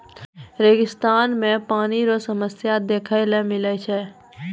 रेगिस्तान मे पानी रो समस्या देखै ले मिलै छै